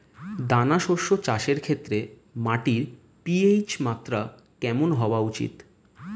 দানা শস্য চাষের ক্ষেত্রে মাটির পি.এইচ মাত্রা কেমন হওয়া উচিৎ?